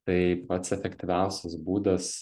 tai pats efektyviausias būdas